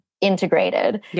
integrated